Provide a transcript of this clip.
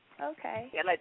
Okay